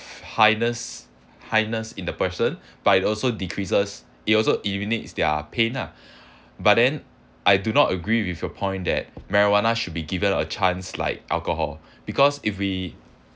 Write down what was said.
highness highness in the person but it also decreases it also eliminate their pain ah but then I do not agree with your point that marijuana should be given a chance like alcohol because if we